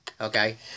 Okay